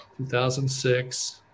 2006